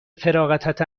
فراغتت